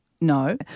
no